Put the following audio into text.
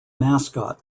mascot